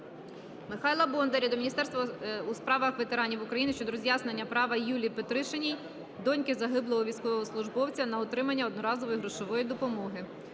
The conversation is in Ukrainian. Михайла Бондаря до Міністерства у справах ветеранів України щодо роз'яснення права Юлії Петришиній – доньки загиблого військовослужбовця – на отримання одноразової грошової допомоги.